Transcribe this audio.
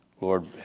Lord